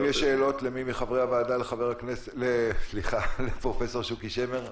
האם יש שאלות למי מחברי הוועדה לפרופסור שוקי שמר?